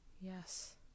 Yes